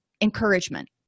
encouragement